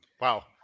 Wow